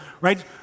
right